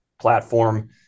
platform